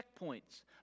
checkpoints